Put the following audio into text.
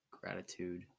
gratitude